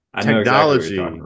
technology